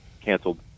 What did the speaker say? canceled